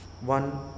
one